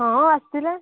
ହଁ ଆସିଥିଲେ